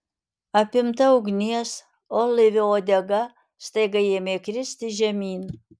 apimta ugnies orlaivio uodega staiga ėmė kristi žemyn